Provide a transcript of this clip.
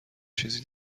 چیزی